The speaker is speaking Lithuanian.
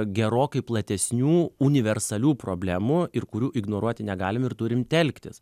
gerokai platesnių universalių problemų ir kurių ignoruoti negalim ir turim telktis